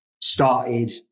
started